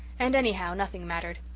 and anyhow, nothing mattered.